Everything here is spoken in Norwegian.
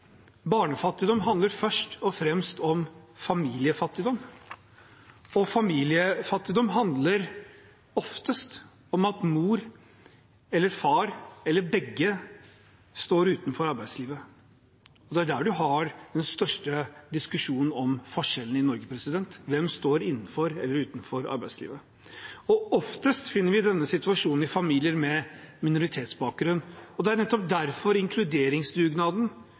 Barnefattigdom handler først og fremst om familiefattigdom. Familiefattigdom handler oftest om at mor eller far eller begge står utenfor arbeidslivet. Det er der man har den største diskusjonen om forskjellene i Norge. Hvem står innenfor eller utenfor arbeidslivet? Oftest finner vi denne situasjonen i familier med minoritetsbakgrunn. Det er nettopp derfor inkluderingsdugnaden